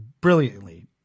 brilliantly